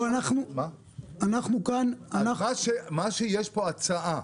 אנחנו כאן --- יש פה הצעה,